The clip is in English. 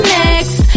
next